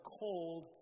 cold